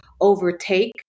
overtake